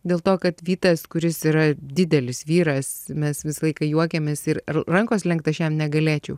dėl to kad vytas kuris yra didelis vyras mes visą laiką juokiamės ir rankos lenkt aš jam negalėčiau